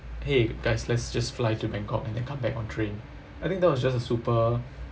!hey! guys let's just fly to bangkok and then come back on train I think that was just a super